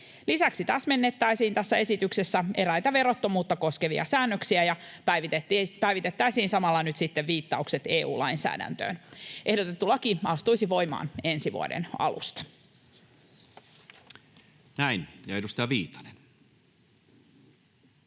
Lisäksi tässä esityksessä täsmennettäisiin eräitä verottomuutta koskevia säännöksiä ja päivitettäisiin samalla nyt sitten viittaukset EU-lainsäädäntöön. Ehdotettu laki astuisi voimaan ensi vuoden alusta. [Speech 77] Speaker: